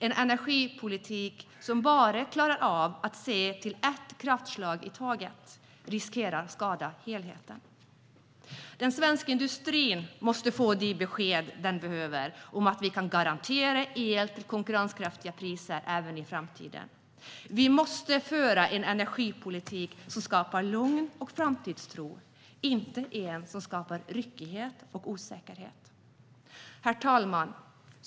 En energipolitik som bara klarar av att se till ett kraftslag i taget riskerar att skada helheten. Den svenska industrin måste få de besked den behöver om att vi kan garantera el till konkurrenskraftiga priser även i framtiden. Vi måste föra en energipolitik som skapar lugn och framtidstro, inte en som skapar ryckighet och osäkerhet. Herr talman!